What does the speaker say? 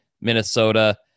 Minnesota